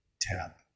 tap